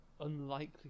unlikely